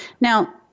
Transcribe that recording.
Now